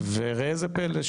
וראה זה פלא,